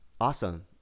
Awesome